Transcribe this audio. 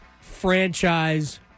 franchise